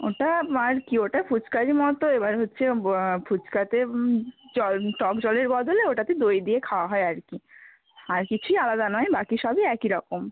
ওটা আর কী ওটা ফুচকারই মতো এবার হচ্ছে ফুচকাতে জল টক জলের বদলে ওটাতে দই দিয়ে খাওয়া হয় আর কী আর কিছুই আলাদা নয় বাকি সবই একই রকম